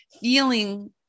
feeling